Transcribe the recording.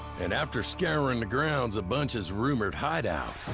and after scouring the grounds of bunch's rumored hideout,